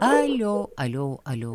alio alio alio